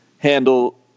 handle